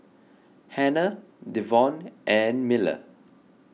Hanna Devon and Miller